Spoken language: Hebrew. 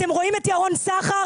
אתם רואים את ירון סחר?